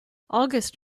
august